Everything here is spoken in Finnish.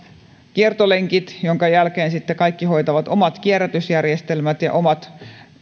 kiertolenkkinsä jonka jälkeen sitten kaikki hoitavat omat kierrätysjärjestelmänsä ja omat